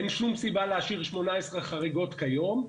אין שום סיבה להשאיר 18 חריגות כיום.